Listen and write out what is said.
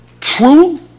true